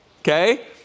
Okay